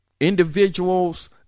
Individuals